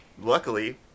Luckily